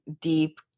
deep